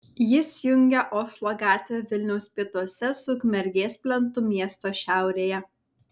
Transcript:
jis jungia oslo gatvę vilniaus pietuose su ukmergės plentu miesto šiaurėje